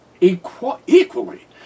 Equally